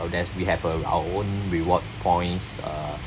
that we have uh our own reward points uh